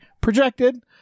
projected